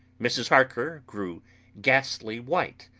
mrs. harker grew ghastly white,